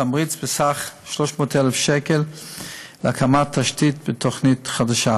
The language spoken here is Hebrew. תמריץ בסך 300,000 שקל להקמת תשתית בתוכנית חדשה.